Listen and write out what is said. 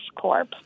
Corp